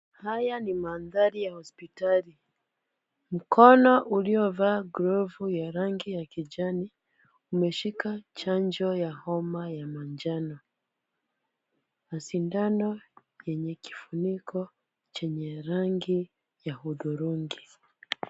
Haya ni mandhari ya hospitali, Mkono uliovaa glovu ya rangi ya kijani umeshika chanjo ya homa ya manjano na sindano yenye kifuniko chenye rangi ya hudhurungi.